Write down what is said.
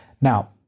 Now